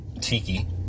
tiki